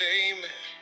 amen